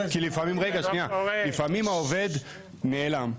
לפעמים העובד נעלם.